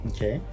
Okay